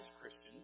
Christians